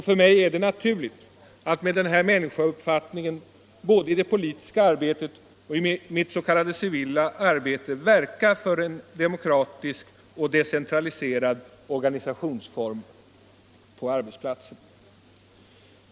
För mig är det naturligt att med denna människouppfattning, både i det politiska arbetet och i mitt s.k. civila arbete, verka för en demokratisk och decentraliserad organisationsform på arbetsplatsen.